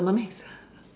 Thermomix